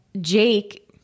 Jake